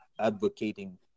advocating